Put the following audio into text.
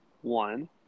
one